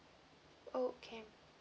okay